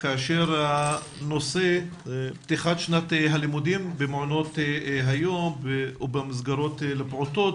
כאשר הנושא הוא פתיחת שנת הלימודים במעונות היום ובמסגרות לפעוטות,